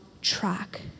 track